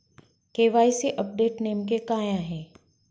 KYC update नेमके काय आहे?